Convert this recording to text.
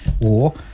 war